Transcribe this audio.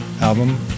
album